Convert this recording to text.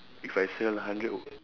if I sell hundred